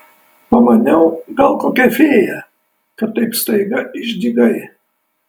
pamaniau gal kokia fėja kad taip staiga išdygai